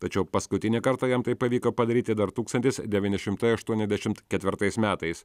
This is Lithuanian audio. tačiau paskutinį kartą jam tai pavyko padaryti dar tūkstantis devyni šimtai aštuoniasdešimt ketvirtais metais